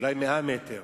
אולי 100 מטר,